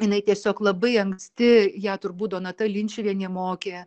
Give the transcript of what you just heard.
jinai tiesiog labai anksti ją turbūt donata linčiuvienė mokė